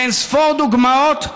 באין-ספור דוגמאות,